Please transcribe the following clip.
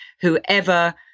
Whoever